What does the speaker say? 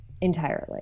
entirely